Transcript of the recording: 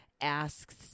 asks